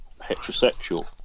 heterosexual